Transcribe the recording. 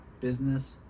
business